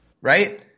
Right